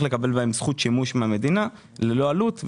לקבל בהם זכות שימוש מהמדינה ללא עלות.